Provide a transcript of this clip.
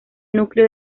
núcleo